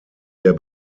der